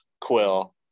Quill